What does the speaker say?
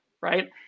right